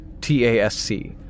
T-A-S-C